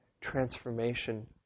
transformation